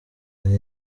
hari